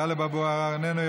טלב אבו עראר, איננו.